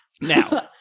Now